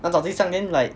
那找对象 then like